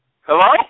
Hello